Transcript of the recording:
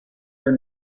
her